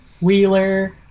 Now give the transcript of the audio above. Wheeler